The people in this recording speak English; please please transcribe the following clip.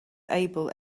able